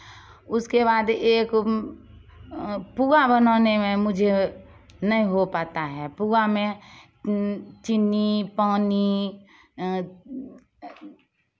उसके बाद एक पुआ बनाने में मुझे नहीं हो पाता है पुआ में चीनी पानी